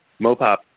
Mopop